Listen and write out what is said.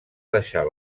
deixar